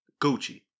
Gucci